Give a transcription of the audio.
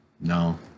no